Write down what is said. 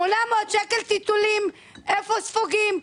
800 שקלים טיטולים, איפה ספוגים?